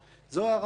שנית,